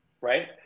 Right